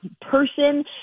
person